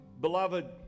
beloved